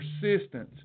persistence